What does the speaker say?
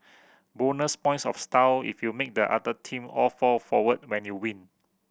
bonus points of style if you make the other team all fall forward when you win